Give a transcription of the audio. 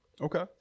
Okay